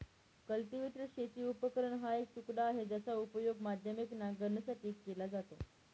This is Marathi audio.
कल्टीवेटर शेती उपकरण हा एक तुकडा आहे, ज्याचा उपयोग माध्यमिक नांगरणीसाठी केला जातो